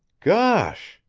gosh!